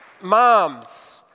Moms